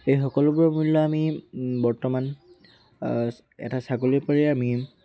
এই সকলোবোৰৰ মূল্য আমি বৰ্তমান এটা ছাগলীৰ পৰাই আমি